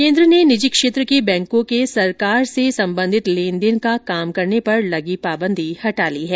केन्द्र सरकार ने निजी क्षेत्र के बैंकों के सरकार से संबंधित लेन देन का काम करने पर लगी पाबंदी हटा ली है